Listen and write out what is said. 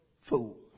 fool